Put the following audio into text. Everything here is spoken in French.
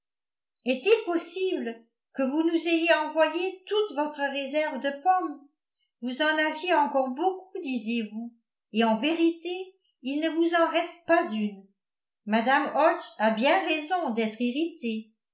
est-il possible que vous nous ayez envoyé toute votre réserve de pommes vous en aviez encore beaucoup disiez-vous et en vérité il ne vous en reste pas une mme hodges a bien raison d'être irritée